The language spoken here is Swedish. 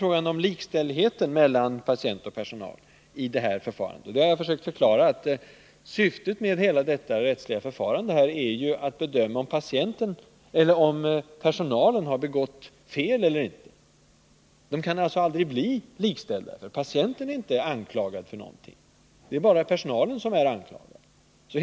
Vad beträffar likställigheten mellan patient och personal har jag försökt förklara att syftet med hela detta rättsliga förfarande är att bedöma om personalen har begått fel eller inte. Det kan alltså aldrig bli fråga om likställighet, för patienten är inte anklagad för någonting. Det är bara personalen som är anklagad.